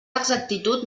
exactitud